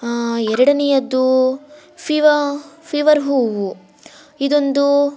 ಎರಡನೇಯದ್ದೂ ಫಿವ ಫಿವರ್ ಹೂವು ಇದೊಂದು